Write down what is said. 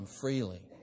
freely